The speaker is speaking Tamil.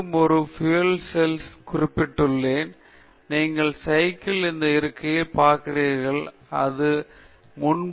மீண்டும் நான் ஒரு பியூயல் செல்ஸ் ஸ்டாக் குறிக்கப்பட்டுள்ளேன் நீங்கள் சைக்கிள் இந்த இருக்கை பார்க்கிறீர்கள் அது நீங்கள் முன்பு பார்த்த எல்லாவற்றையும் எப்படி தொடர்புபடுகிறது என்று உங்களுக்கு தெரியும்